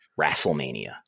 WrestleMania